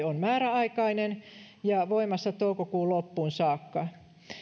on määräaikainen ja voimassa toukokuun loppuun saakka